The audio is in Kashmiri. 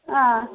آ